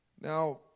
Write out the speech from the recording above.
Now